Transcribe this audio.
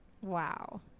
Wow